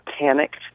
panicked